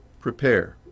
prepare